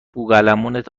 بوقلمونت